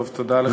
טוב, תודה לך.